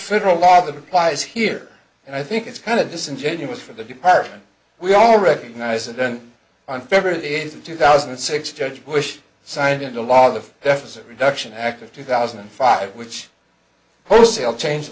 federal law that applies here and i think it's kind of disingenuous for the department we all recognize and then on february eighth two thousand and six george bush signed into law the deficit reduction act of two thousand and five which wholesale change